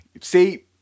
See